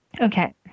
Okay